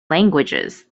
languages